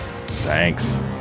thanks